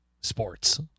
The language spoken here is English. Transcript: sports